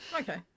Okay